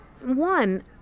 one